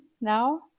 now